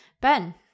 Ben